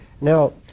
Now